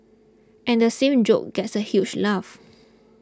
and same joke gets a huge laugh